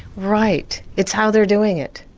right, it's how they are doing it.